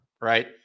right